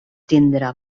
tindre